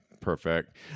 Perfect